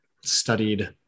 studied